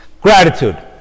Gratitude